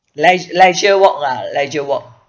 leis~ leisure walk lah leisure walk